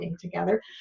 together